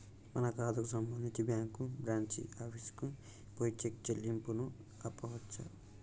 మన ఖాతాకు సంబంధించి బ్యాంకు బ్రాంచి ఆఫీసుకు పోయి చెక్ చెల్లింపును ఆపవచ్చు